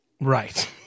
Right